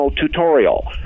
tutorial